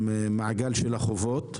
מהמעגל של החובות,